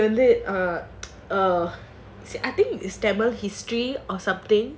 வந்து:vandhu I think is tamil history or something